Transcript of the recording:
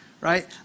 right